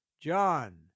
John